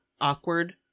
awkward